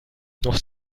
noch